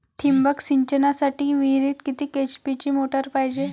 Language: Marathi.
ठिबक सिंचनासाठी विहिरीत किती एच.पी ची मोटार पायजे?